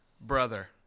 brother